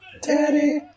daddy